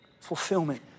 Fulfillment